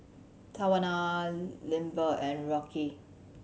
Tawana Lindbergh and Rocky